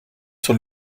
sur